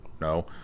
no